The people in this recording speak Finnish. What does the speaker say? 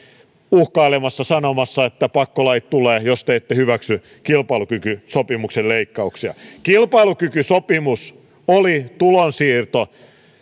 uhkailemassa sanomassa että pakkolait tulevat jos te ette hyväksy kilpailukykysopimuksen leikkauksia kilpailukykysopimus oli tulonsiirto